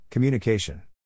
Communication